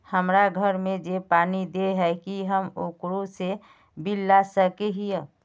हमरा घर में जे पानी दे है की हम ओकरो से बिल ला सके हिये?